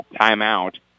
timeout